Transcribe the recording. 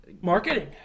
marketing